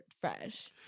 fresh